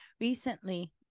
recently